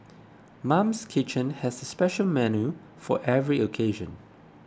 Mum's Kitchen has a special menu for every occasion